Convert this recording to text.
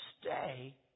stay